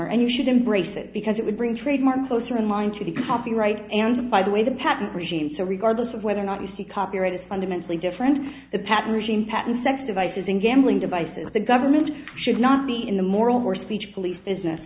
honor and you should embrace it because it would bring trademarks closer in line to the copyright and by the way the patent regime so regardless of whether or not you see copyright is fundamentally different than the patent regime patent sex devices and gambling devices the government should not be in the moral or speech police business